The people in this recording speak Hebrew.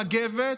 מגבת,